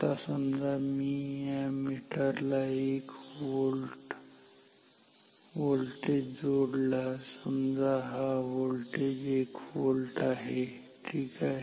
आता समजा मी या मीटरला 1 व्होल्टेज जोडला समजा हा व्होल्टेज 1 व्होल्ट आहे ठीक आहे